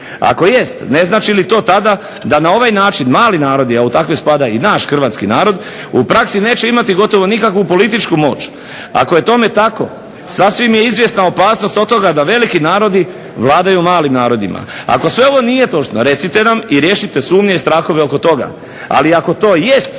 Ako jest ne znači li to tada da na ovaj način mali narodi, a u takve spada i naš hrvatski narod, u praksi neće imati gotovo nikakvu političku moć, ako je tome tako sasvim je izvjesna opasnost od toga da veliki narodi vladaju malim narodima. Ako sve ovo nije točno recite nam i riješite sumnje i strahove oko toga, ali ako to jest